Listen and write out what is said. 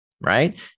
right